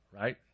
right